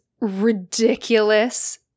ridiculous